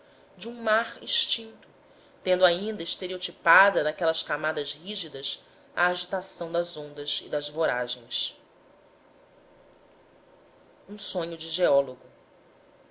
de um mar extinto tendo ainda estereotipada naquelas camadas rígidas a agitação das ondas e das voragens um sonho de geólogo